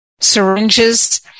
syringes